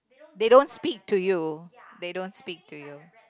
they don't speak to you they don't speak to you